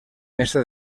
mestre